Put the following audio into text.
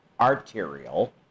arterial